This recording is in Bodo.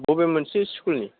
अ बबे मोनसे स्कुल